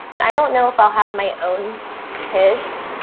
and i don't know if i'll have my own kids.